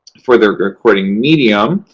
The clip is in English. for the recording medium,